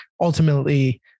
ultimately